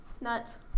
Nuts